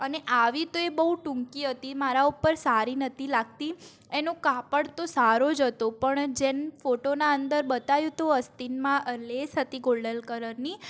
અને આવી તો એ બહુ ટૂંકી હતી મારા ઉપર સારી નહોતી લાગતી એનું કાપડ તો સારો જ હતો પણ જેમ ફોટોના અંદર બતાયું હતું અસ્તીનમાં લેસ હતી ગોલ્ડન કલરની